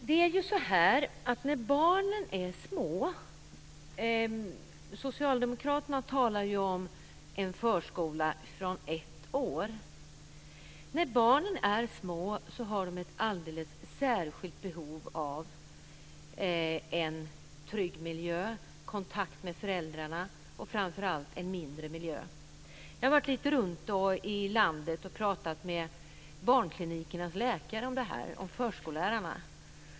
Herr talman! Socialdemokraterna talar om en förskola från ett år. När barn är små har de ett alldeles särskilt behov av en trygg miljö, kontakt med föräldrarna och framför allt en miljö där det inte är så många människor. Jag har varit runt lite grann i landet och talat med barnklinikernas läkare och förskollärarna om detta.